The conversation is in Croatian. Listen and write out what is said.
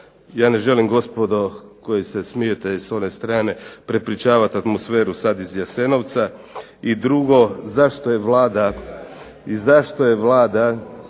Ja ne želim gospodo koji se smijete s one strane prepričavati atmosferu sad iz Jasenovca. I drugo zašto je Vlada